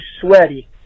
sweaty